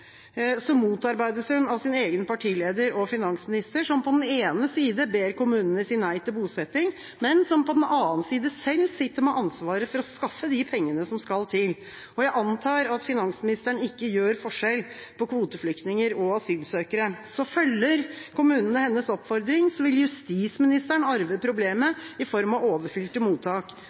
motarbeides hun av sin egen partileder og finansminister, som på den ene side ber kommunene si nei til bosetting, men som på den annen side selv sitter med ansvaret for å skaffe de pengene som skal til. Jeg antar at finansministeren ikke gjør forskjell på kvoteflyktninger og asylsøkere. Følger kommunene hennes oppfordring, vil justisministeren arve problemet i form av overfylte mottak.